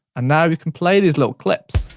and now, we can play these little clips.